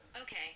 Okay